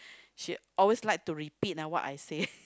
she always like to repeat ah what I say